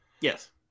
Yes